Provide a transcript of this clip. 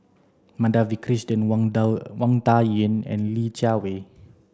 Madhavi Krishnan Wang Dao Wang Dayuan and Li Jiawei